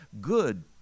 good